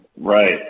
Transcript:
right